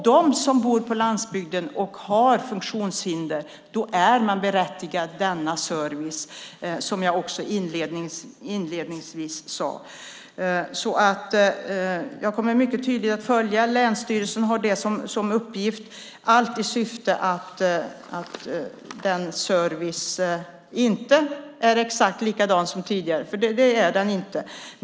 De som bor på landsbygden och har funktionshinder är berättigade till denna service, som jag inledningsvis sade. Jag kommer mycket tydligt att följa detta, och länsstyrelsen har det som uppgift. Allt det sker i syfte att skapa en bra service. Den kommer inte att vara exakt likadan som tidigare, för det är den inte.